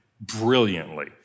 brilliantly